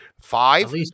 Five